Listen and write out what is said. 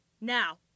Now